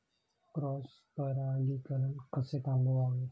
Cross परागीकरण कसे थांबवावे?